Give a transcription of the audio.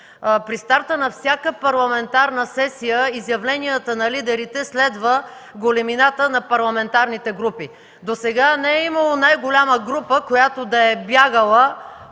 При старта на всяка парламентарна сесия изявленията на лидерите следват големината на парламентарните групи. Досега не е имало най-голяма група, която да е бягала